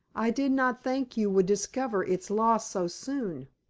i did not think you would discover its loss so soon.